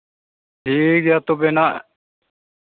ᱴᱷᱤᱠ ᱜᱮᱭᱟ ᱛᱚᱵᱮ ᱱᱟᱦᱟᱜ